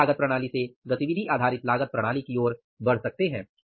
कुल लागत प्रणाली से गतिविधि आधारित लागत प्रणाली की ओर बढ़ सकते हैं